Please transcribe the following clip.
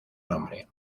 nombre